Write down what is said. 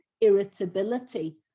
irritability